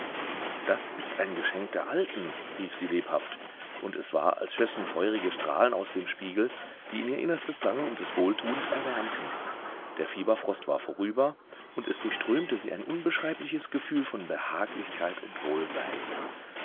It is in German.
das ist ein geschenk der alten rief sie lebhaft und es war als schössen feurige strahlen aus dem spiegel die in ihr innerstes drangen und es wohltuend erwärmten der fieberfrost war vorüber und es durchströmte sie ein unbeschreibliches gefühl von behaglichkeit und wohlsein